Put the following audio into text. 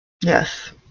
Yes